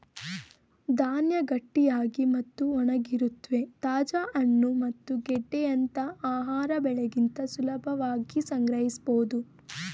ಧಾನ್ಯ ಗಟ್ಟಿಯಾಗಿ ಮತ್ತು ಒಣಗಿರುತ್ವೆ ತಾಜಾ ಹಣ್ಣು ಮತ್ತು ಗೆಡ್ಡೆಯಂತ ಆಹಾರ ಬೆಳೆಗಿಂತ ಸುಲಭವಾಗಿ ಸಂಗ್ರಹಿಸ್ಬೋದು